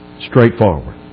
straightforward